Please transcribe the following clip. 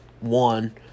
one